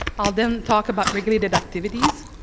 i'll then talk about regulated activities,